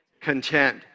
Content